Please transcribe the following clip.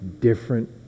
different